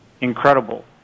incredible